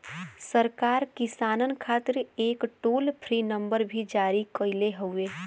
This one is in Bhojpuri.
सरकार किसानन खातिर एक टोल फ्री नंबर भी जारी कईले हउवे